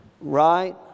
Right